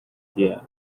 deer